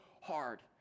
hard